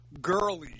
girly